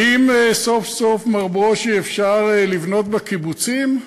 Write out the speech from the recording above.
האם סוף-סוף, מר ברושי, אפשר לבנות בקיבוצים?